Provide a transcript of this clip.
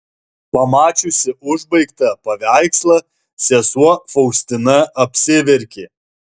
pamačiusi užbaigtą paveikslą sesuo faustina apsiverkė